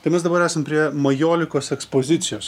tai mes dabar esam prie majolikos ekspozicijos